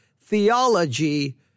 theology